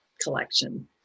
collection